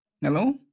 hello